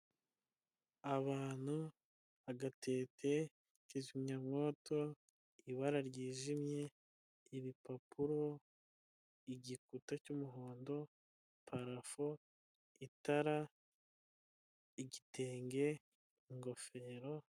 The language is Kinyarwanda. Abantu, agatete, kizimyamwoto, ibara ryjimye, ibipapuro, igikuta cy'umuhondo, parafo, itara, igitenge, ingofero.